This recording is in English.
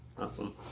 awesome